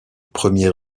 premier